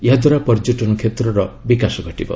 ଏହାଦ୍ୱାରା ପର୍ଯ୍ୟଟନ କ୍ଷେତ୍ରର ବିକାଶ ଘଟିବ